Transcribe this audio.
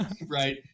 right